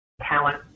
talent